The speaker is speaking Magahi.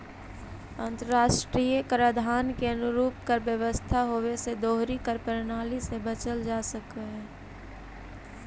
अंतर्राष्ट्रीय कराधान के अनुरूप कर व्यवस्था होवे से दोहरी कर प्रणाली से बचल जा सकऽ हई